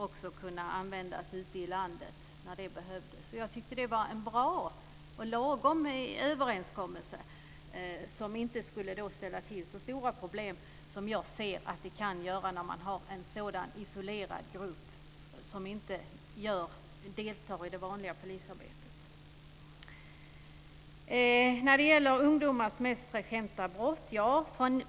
Den har kunnat användas ute i landet när det behövdes. Jag tycker att det var en bra och lagom överenskommelse som inte borde ställa till med så stora problem som jag ser att det kan bli när man har en isolerad grupp som inte deltar i det vanliga polisarbetet. Sedan gäller det ungdomars mest frekventa brott.